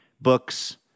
books